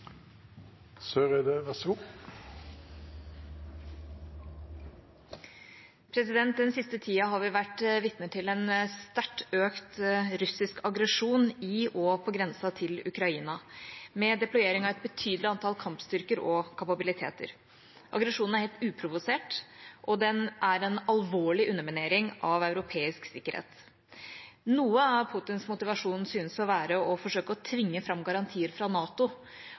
Den siste tida har vi vært vitne til en sterkt økt russisk aggresjon i og på grensen til Ukraina, med deployering av et betydelig antall kampstyrker og kapabiliteter. Aggresjonen er helt uprovosert, og den er en alvorlig underminering av europeisk sikkerhet. Noe av Putins motivasjon synes å være å forsøke å tvinge fram garantier fra NATO